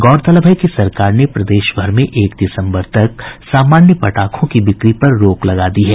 गौरतलब है कि सरकार ने प्रदेशभर में एक दिसम्बर तक सामान्य पटाखों की बिक्री पर रोक लगा दी है